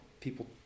people